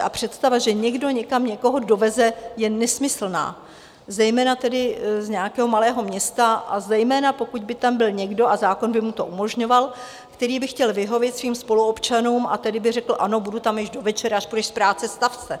A představa, že někdo někam někoho doveze, je nesmyslná, zejména tedy z nějakého malého města, a zejména pokud by tam byl někdo, a zákon by mu to umožňoval, který by chtěl vyhovět svým spoluobčanům, a tedy by řekl, ano, budu tam až do večera, až půjdeš z práce, stav se.